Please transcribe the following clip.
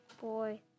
boy